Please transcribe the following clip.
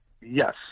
yes